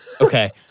Okay